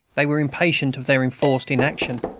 they were impatient of their enforced inaction,